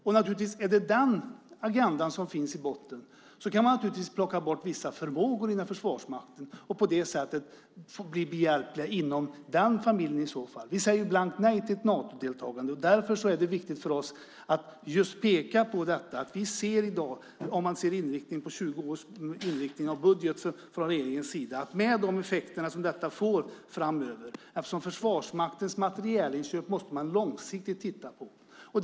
Om det är den agendan som finns i botten kan man naturligtvis plocka bort vissa förmågor inom Försvarsmakten och på det sättet bli behjälplig inom den familjen. Vi säger blankt nej till ett Natodeltagande. Därför är det viktigt för oss att peka på vilka effekter som detta får framöver om man ser till 20 års inriktning av budgeten från regeringens sida. Försvarsmaktens materielinköp måste man titta på långsiktigt.